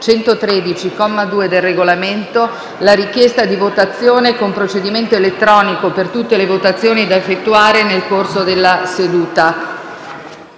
2, del Regolamento, la richiesta di votazione con procedimento elettronico per tutte le votazioni da effettuare nel corso della seduta.